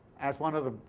as one of the.